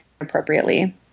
appropriately